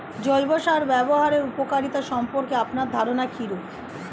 জৈব সার ব্যাবহারের উপকারিতা সম্পর্কে আপনার ধারনা কীরূপ?